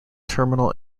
terminal